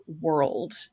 world